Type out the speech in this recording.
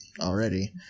already